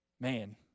man